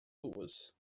ruas